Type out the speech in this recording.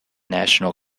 national